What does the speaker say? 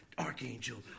Archangel